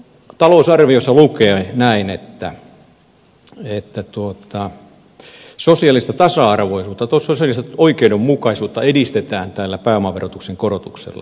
talousarviossa lukee näin että sosiaalista tasa arvoisuutta sosiaalista oikeudenmukaisuutta edistetään tällä pääomaverotuksen korotuksella